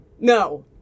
No